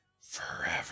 forever